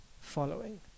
following